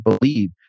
believe